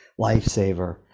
lifesaver